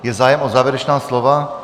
Je zájem o závěrečná slova?